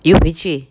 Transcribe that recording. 又回去